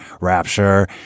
rapture